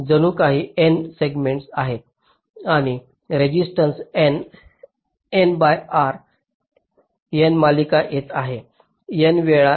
जणू काही N segments आहेत आणि resistance N N by R N मालिका येत आहेत N वेळा